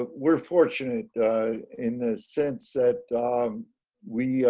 but we're fortunate in the sense that we